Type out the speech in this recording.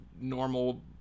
normal